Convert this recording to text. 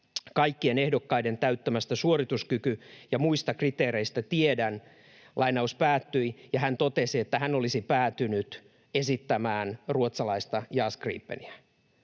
kaikkien ehdokkaiden täyttämästä suorituskyky- ja muista kriteereistä tiedän”, ja hän totesi, että hän olisi päätynyt esittämään ruotsalaista JAS Gripeniä.